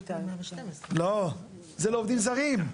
לא, זה לעובדים זרים.